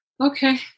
Okay